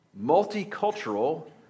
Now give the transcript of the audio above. multicultural